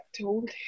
told